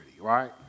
right